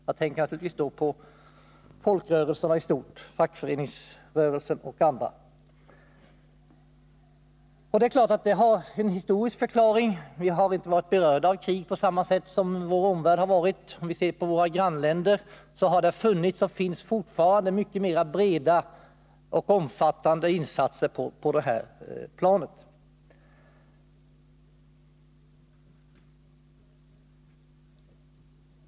Jag tänker då naturligtvis på folkrörelserna i stort, fackföreningsrörelsen och andra. Det är klart att detta har en historisk förklaring. Vi har inte varit berörda av krig på samma sätt som vår omvärld. I våra grannländer har det funnits och finns fortfarande mycket mera av breda och omfattande insatser på det här planet.